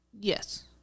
Yes